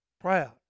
proud